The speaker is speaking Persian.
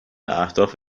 اهداف